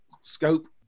scope